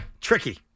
tricky